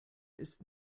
ist